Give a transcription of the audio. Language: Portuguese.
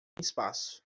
espaço